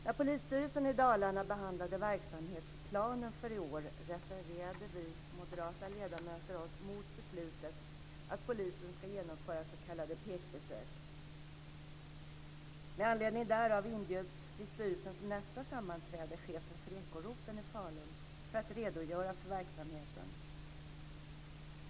När polisstyrelsen i Dalarna behandlade verksamhetsplanen för i år reserverade vi moderata ledamöter oss mot beslutet att polisen ska genomföra s.k. PEK besök. Med anledning därav inbjöds vid styrelsens nästa sammanträde chefen för ekoroteln i Falun för att redogöra för verksamheten.